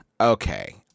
Okay